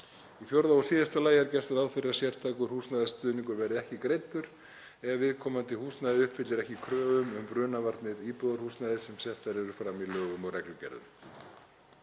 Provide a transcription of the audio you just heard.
Í fjórða og síðasta lagi er gert ráð fyrir að sértækur húsnæðisstuðningur verði ekki greiddur ef viðkomandi húsnæði fullnægir ekki kröfum um brunavarnir íbúðarhúsnæðis sem settar eru fram í lögum og reglugerðum.